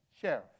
sheriff